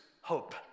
hope